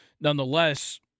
Nonetheless